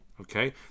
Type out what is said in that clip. Okay